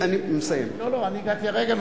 אני באתי הרגע.